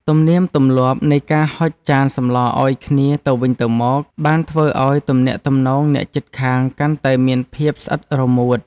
ទំនៀមទម្លាប់នៃការហុចចានសម្លឱ្យគ្នាទៅវិញទៅមក បានធ្វើឱ្យទំនាក់ទំនងអ្នកជិតខាងកាន់តែមានភាពស្អិតរមួត។